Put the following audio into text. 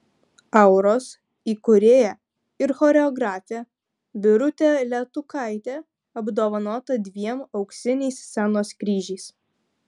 auros įkūrėja ir choreografė birutė letukaitė apdovanota dviem auksiniais scenos kryžiais